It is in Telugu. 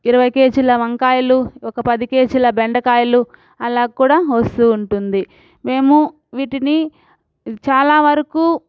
ఇరవై కేజీల వంకాయలు ఒక పది కేజీల బెండకాయలు అలాగ కూడా వస్తు ఉంటుంది మేము వీటిని చాలా వరకు